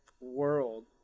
world